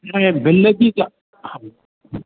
bill जी